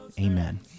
Amen